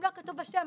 אם לא כתוב השם,